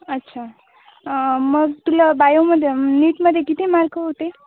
अच्छा मग तुला बायोमध्ये नीटमध्ये किती मार्क होते